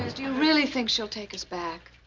do you really think she'll take us back?